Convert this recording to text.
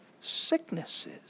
sicknesses